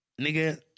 nigga